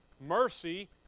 Mercy